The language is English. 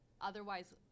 otherwise